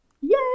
Yay